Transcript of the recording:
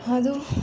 ಅದು